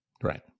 Right